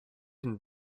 can